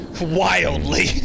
Wildly